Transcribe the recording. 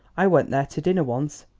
i went there to dinner once,